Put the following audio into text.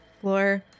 floor